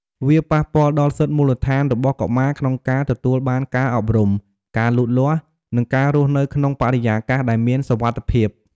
វាប៉ះពាល់ដល់សិទ្ធិមូលដ្ឋានរបស់កុមារក្នុងការទទួលបានការអប់រំ ការលូតលាស់ និងការរស់នៅក្នុងបរិយាកាសដែលមានសុវត្ថិភាព។